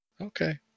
okay